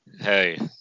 hey